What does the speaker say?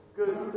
good